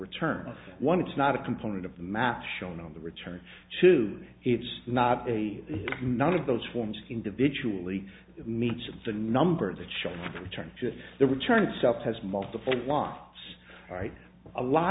return of one it's not a component of the math shown on the return to it's not a none of those forms individually meets the number that shown return just the return itself has multiple wafts write a lot